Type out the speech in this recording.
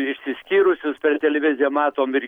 išsiskyrusius per televiziją matom ir